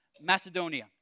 Macedonia